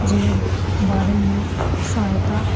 जे बारे में सहायता